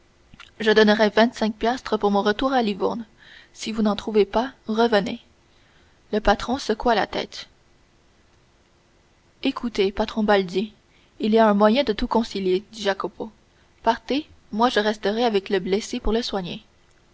je donnerai vingt-cinq piastres pour mon retour à livourne si vous n'en trouvez pas revenez le patron secoua la tête écoutez patron baldi il y a un moyen de tout concilier dit jacopo partez moi je resterai avec le blessé pour le soigner